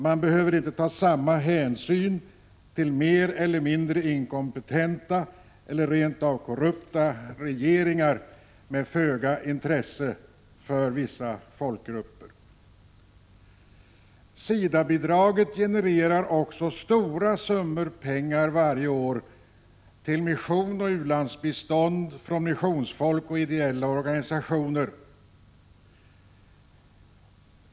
Man behöver inte ta samma hänsyn till mer eller mindre v 5 å RR sd utvecklingssamarbete inkompetenta, eller rent av korrupta, regeringar med föga intresse för vissa m.m. folkgrupper. SIDA-bidraget genererar också varje år stora summor pengar till mission och u-landsbistånd från missionsfolk och ideella organisationer.